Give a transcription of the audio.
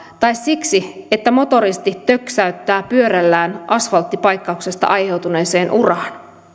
tai siksi että motoristi töksäyttää pyörällään asfalttipaikkauksesta aiheutuneeseen uraan